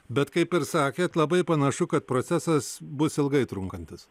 bet kaip ir sakėt labai panašu kad procesas bus ilgai trunkantis